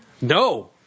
No